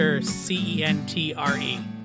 C-E-N-T-R-E